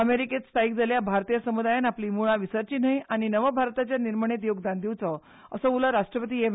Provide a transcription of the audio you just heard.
अमेरिकेत स्थायिक जाल्ल्या भारतीय समुदायान आपली मुळां विसरची न्हय आनी नवभारताच्या निर्माणेत योगदान दिवचे असो उलो उपराष्ट्रपती एम